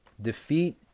Defeat